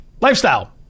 Lifestyle